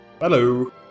Hello